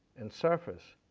and surface.